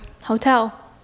hotel